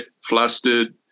flustered